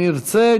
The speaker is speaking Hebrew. אם ירצה,